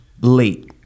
late